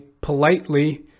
politely